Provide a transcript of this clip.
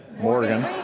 Morgan